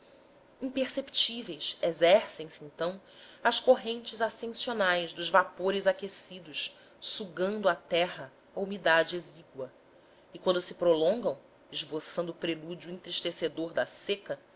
imperceptíveis exercem se então as correntes ascensionais dos vapores aquecidos sugando à terra a umidade exígua e quando se prolongam esboçando o prelúdio entristecedor da seca